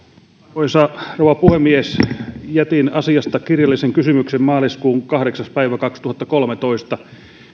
arvoisa rouva puhemies jätin asiasta kirjallisen kysymyksen maaliskuun kahdeksas päivä kaksituhattakolmetoista